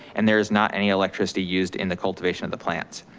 and there's not any electricity used in the cultivation of the plants.